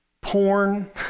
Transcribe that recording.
porn